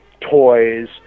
toys